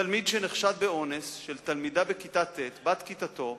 תלמיד שנחשד באונס תלמידה בכיתה ט', בת כיתתו,